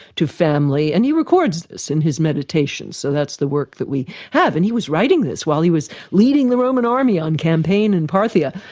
to family. and he records this in his meditations. so that's the work that we have. and he was writing this while he was leading the roman army on campaign in parthia.